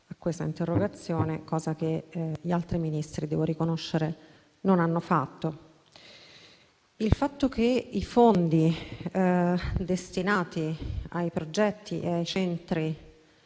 a questa interrogazione, cosa che gli altri Ministri - lo devo riconoscere - non hanno fatto. Il fatto che i fondi destinati ai progetti e ai centri